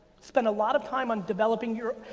spend a lot of time on developing your,